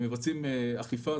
מבצעים אכיפה.